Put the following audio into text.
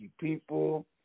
people